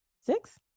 six